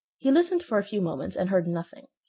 he listened for a few moments and heard nothing.